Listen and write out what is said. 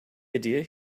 idea